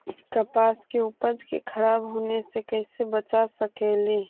कपास के उपज के खराब होने से कैसे बचा सकेली?